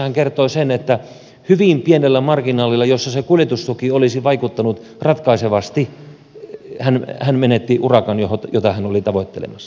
yrittäjä kertoi sen että hyvin pienellä marginaalilla jossa se kuljetustuki olisi vaikuttanut ratkaisevasti hän menetti urakan jota hän oli tavoittelemassa